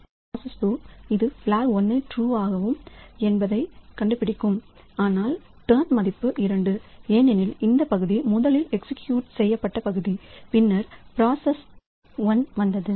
எனவே பிராசஸ் 2 இது பிளாக் 1 ட்ரூவாகும் என்பதைக் கண்டுபிடிக்கும் ஆனால் டர்ன் மதிப்பை 2 ஏனெனில் இந்த பகுதி முதலில் எக்ஸிகியூட்செய்யப்பட்ட பகுதி பின்னர் பிராசஸ் 1 வந்தது